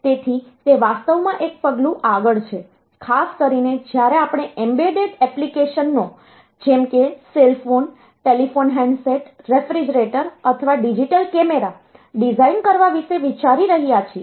તેથી તે વાસ્તવમાં એક પગલું આગળ છે ખાસ કરીને જ્યારે આપણે એમ્બેડેડ એપ્લિકેશનો જેમ કે cell phone telephone handset refrigerator અથવા ડિજિટલ કેમેરા ડિઝાઇન કરવા વિશે વિચારી રહ્યા છીએ